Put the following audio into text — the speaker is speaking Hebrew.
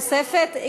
דעה נוספת?